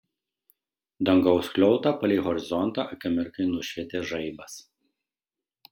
dangaus skliautą palei horizontą akimirkai nušvietė žaibas